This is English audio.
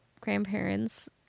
grandparents